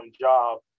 job